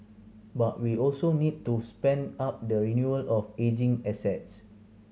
but we also need to spend up the renewal of ageing assets